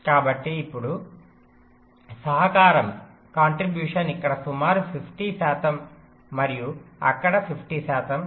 కాబట్టి ఇప్పుడు సహకారం ఇక్కడ సుమారు 50 శాతం మరియు అక్కడ 50 శాతం అవుతుంది